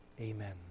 Amen